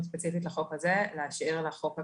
ספציפית לחוק הזה להשאיר לחוק הכולל.